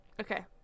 Okay